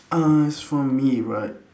as for me right